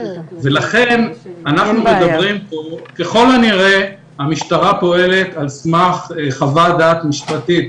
לכן ככל הנראה המשטרה פועלת על סמך חוות דעת משפטית,